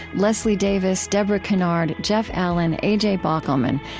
leslie davis, debra kennard, jeff allen, a j. bockelman,